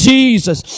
Jesus